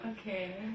Okay